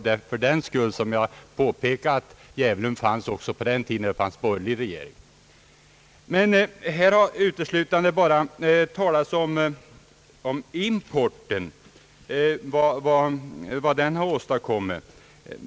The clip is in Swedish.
Det var därför som jag påpekade att djävulen fanns även på den tid då det var borgerlig regering. Här har uteslutande talats om vad importen har åstadkommit.